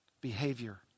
behavior